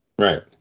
Right